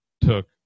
took